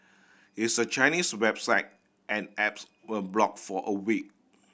its a Chinese website and apps were block for a week